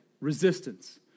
resistance